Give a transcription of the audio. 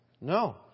No